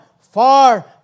far